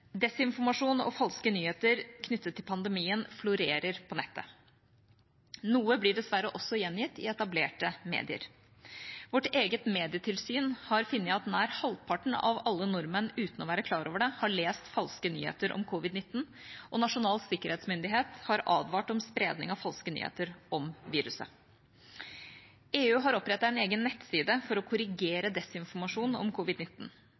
og falske nyheter knyttet til pandemien florerer på nettet. Noe blir dessverre også gjengitt i etablerte medier. Vårt eget medietilsyn har funnet at nær halvparten av alle nordmenn, uten å være klar over det, har lest falske nyheter om covid-19, og Nasjonal sikkerhetsmyndighet har advart om spredning av falske nyheter om viruset. EU har opprettet en egen nettside for å korrigere desinformasjon om